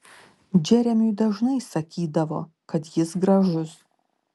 džeremiui dažnai sakydavo kad jis gražus